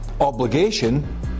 obligation